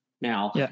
Now